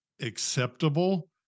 acceptable